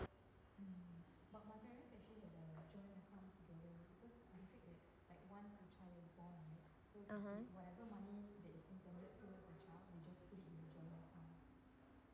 (uh huh)